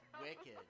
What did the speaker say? Wicked